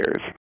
years